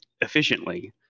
efficiently